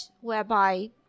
whereby